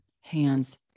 hands